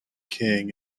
king